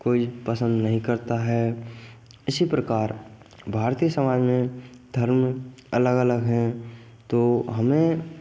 कोई पसंद नहीं करता है इसी प्रकार भारतीय समाज में धर्म अलग अलग है तो हमें